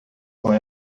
com